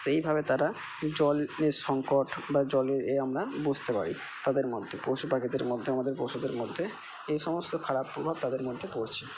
এইভাবে তারা জল এর সংকট বা জলের এ আমরা বুঝতে পারি তাদের মধ্যে পশুপাখিদের মধ্যে আমাদের পশুদের মধ্যে এই সমস্ত খারাপ প্রভাব তাদের মধ্যে পড়ছে